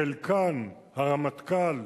חלקן הרמטכ"ל,